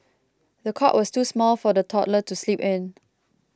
the cot was too small for the toddler to sleep in